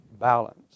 Balance